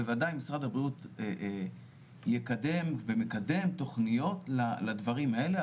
בוודאי משרד הבריאות יקדם ומקדם תכניות לדברים האלה,